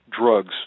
drugs